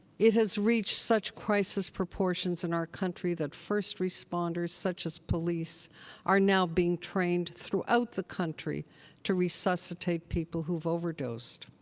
it has reached such crisis proportions proportions in our country that first responders such as police are now being trained throughout the country to resuscitate people who've overdosed.